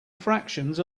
fractions